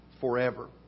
forever